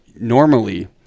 normally